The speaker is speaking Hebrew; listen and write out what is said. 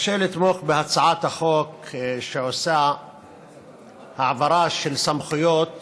קשה לתמוך בהצעת חוק שעושה העברה של סמכויות